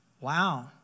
Wow